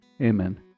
Amen